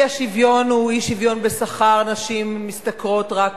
האי-שוויון הוא אי-שוויון בשכר, נשים משתכרות רק